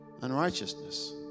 unrighteousness